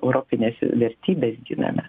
europines vertybes giname